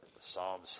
Psalm